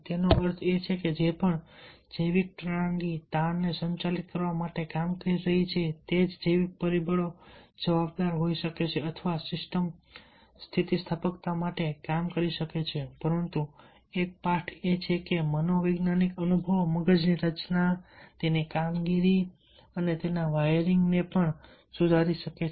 તેનો અર્થ એ કે જે પણ જૈવિક પ્રણાલી તાણને સંચાલિત કરવા માટે કામ કરી રહી છે તે જ જૈવિક પરિબળો જવાબદાર હોઈ શકે છે અથવા સિસ્ટમ સ્થિતિસ્થાપકતા માટે કામ કરી શકે છે પરંતુ એક પાઠ એ છે કે મનોવૈજ્ઞાનિક અનુભવો મગજની રચના મગજની કામગીરી તેમજ મગજના વાયરિંગને પણ સુધારી શકે છે